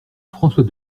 françois